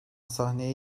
sahneye